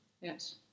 Yes